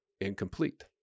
incomplete